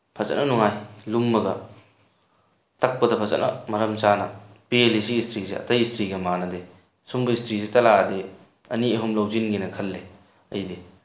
ꯐꯖꯅ ꯅꯨꯡꯉꯥꯏ ꯂꯨꯝꯃꯒ ꯇꯛꯄꯗ ꯐꯖꯅ ꯃꯔꯝ ꯆꯥꯅ ꯄꯦꯜꯂꯤ ꯁꯤ ꯏꯁꯇ꯭ꯔꯤꯁꯦ ꯑꯇꯩ ꯏꯁꯇ꯭ꯔꯤꯒ ꯃꯥꯟꯅꯗꯦ ꯁꯨꯝꯕ ꯏꯁꯇ꯭ꯔꯤꯁꯤ ꯂꯥꯛꯑꯗꯤ ꯑꯅꯤ ꯑꯍꯨꯝ ꯂꯧꯁꯤꯟꯒꯦꯅꯥ ꯈꯜꯂꯤ ꯑꯩꯗꯤ